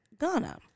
Ghana